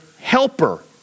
helper